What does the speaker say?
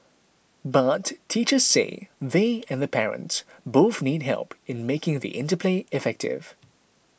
but teachers say they and the parents both need help in making the interplay effective